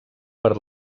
per